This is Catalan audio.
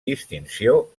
distinció